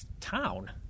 town